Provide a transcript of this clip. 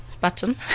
button